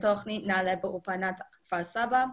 בתוכנית נעל"ה באולפנת כפר סבא.